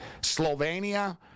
Slovenia